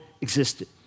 existed